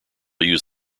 used